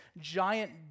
giant